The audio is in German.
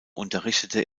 unterrichtete